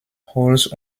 holz